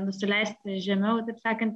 nusileisti žemiau kaip sakant